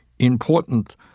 important